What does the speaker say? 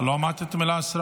לא אמרתי את המילה ישראל.